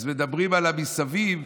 אז מדברים על מסביב,